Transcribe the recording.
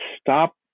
stop